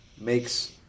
makes